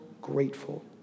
grateful